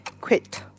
Quit